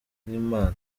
nk’impano